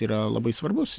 yra labai svarbus